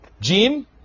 Gene